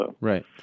Right